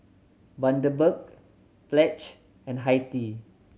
Bundaberg Pledge and Hi Tea